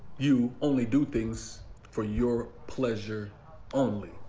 you only do things for your pleasure only.